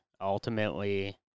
Ultimately